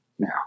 now